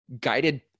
guided